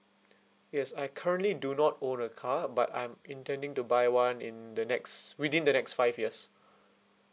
yes I currently do not own a car but I'm intending to buy one in the next within the next five years